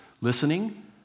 listening